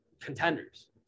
contenders